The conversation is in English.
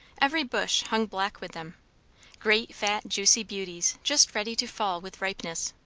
every bush hung black with them great, fat, juicy beauties, just ready to fall with ripeness.